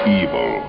evil